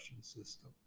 system